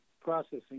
processing